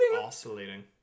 Oscillating